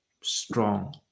strong